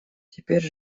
теперь